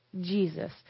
Jesus